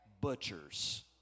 Butchers